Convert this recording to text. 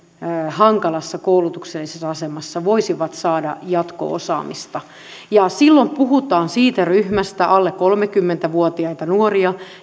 hankalassa koulutuksellisessa asemassa voisivat saada jatko osaamista silloin puhutaan siitä ryhmästä alle kolmekymmentä vuotiaita nuoria